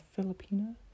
Filipina